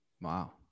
Wow